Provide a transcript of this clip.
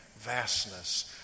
vastness